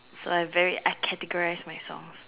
so I have very I categorise my songs